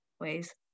ways